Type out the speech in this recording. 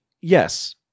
yes